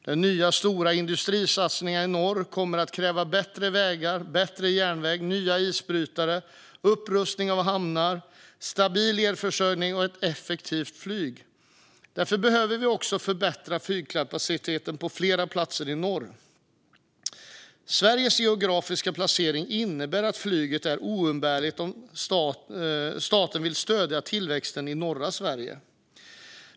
De nya stora industrisatsningarna i norr kommer att kräva bättre vägar, bättre järnväg, nya isbrytare, upprustade hamnar, stabil elförsörjning och ett effektivt flyg. Därför behöver vi förbättra flygkapaciteten på flera platser i norr. Sveriges geografiska placering innebär att flyget är oumbärligt om staten vill stödja tillväxten i norra Sverige.